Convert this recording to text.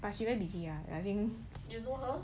but she very busy ah I think